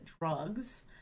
drugs